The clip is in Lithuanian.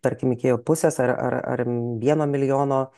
tarkim iki pusės ar ar ar vieno milijono